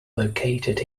located